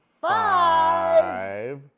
five